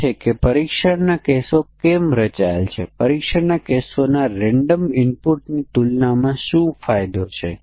તેથી 0 થી 12 તેથી અહીં 12 નો સમાવેશ થાય છે 12 ને આવતો નથી અને અહી 12 ઇન્ટર્ન તરીકે લેવામાં આવે છે